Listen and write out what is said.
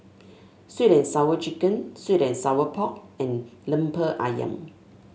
sweet and Sour Chicken sweet and Sour Pork and lemper ayam